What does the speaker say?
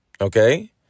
okay